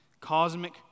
cosmic